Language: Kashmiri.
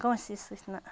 کٲنٛسی سۭتۍ نہٕ